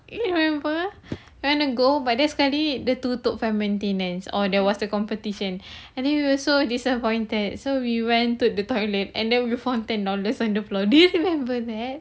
do you remember you want to go but then sekali dia tutup for maintenance or there was the competition and then you were so disappointed so we went to the toilet and then we found ten dollars on the floor do you remember that